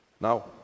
Now